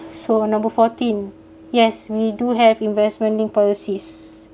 for uh number fourteen yes we do have investment linked policies